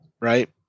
right